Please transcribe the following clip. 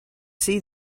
see